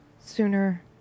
sooner